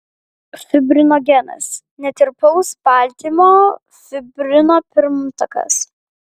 fibrinogenas netirpaus baltymo fibrino pirmtakas